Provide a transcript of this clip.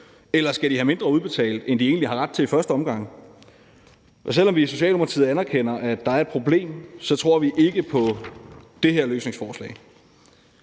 eller skal de have mindre udbetalt, end de egentlig har ret til i første omgang? Selv om vi i Socialdemokratiet anerkender, at der er et problem, så tror vi ikke på det her løsningsforslag.